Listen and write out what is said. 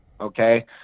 Okay